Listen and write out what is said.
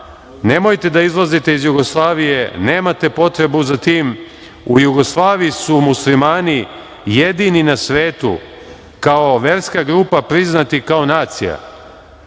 nemojte da izlazite iz Jugoslavije, nemate potrebu za tim, u Jugoslaviji su muslimani jedini na svetu, kao verska grupa, priznati kao nacija.